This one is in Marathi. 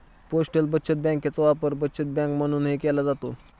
पोस्टल बचत बँकेचा वापर बचत बँक म्हणूनही केला जातो